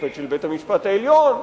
שופט של בית-המשפט העליון,